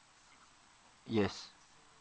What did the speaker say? yes